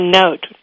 note